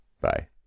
Bye